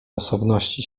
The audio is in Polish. osobności